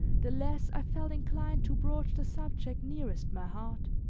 the less i felt inclined to broach the subject nearest my heart.